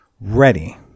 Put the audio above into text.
ready